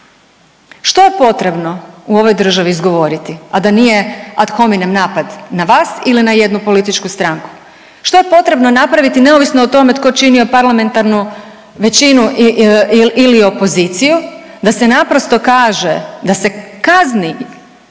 Što je potrebno u ovoj državi izgovoriti, a da nije ad hominem napad na vas ili na jednu političku stranku? Što je potrebno napraviti neovisno o tome tko činio parlamentarnu većinu ili opoziciju da se naprosto kaže, da se kazni